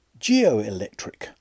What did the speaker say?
Geoelectric